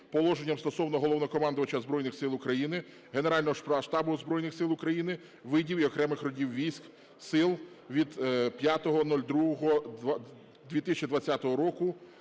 положеннями стосовно Головнокомандувача Збройних Сил України, Генерального штабу Збройних Сил України, видів і окремих родів військ (сил) (від 05.02.2020 року